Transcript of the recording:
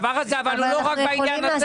אבל לא רק בעניין הזה